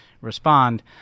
respond